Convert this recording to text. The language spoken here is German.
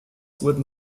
wurden